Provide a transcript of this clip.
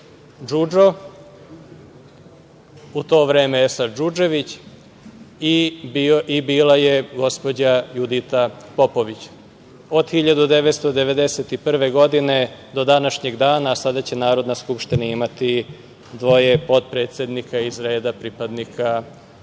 Džudžo, u to vreme Esad Džudžević i bila je gospođa Judita Popović. Od 1991. godine do današnjeg dana sada će Narodna skupština imati dvoje potpredsednika iz reda pripadnika